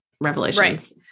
revelations